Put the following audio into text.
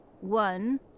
One